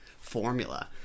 formula